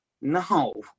No